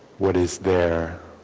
what is there